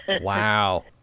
wow